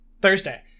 Thursday